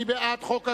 מי בעד חוק הקולנוע,